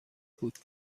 بود